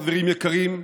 חברים יקרים,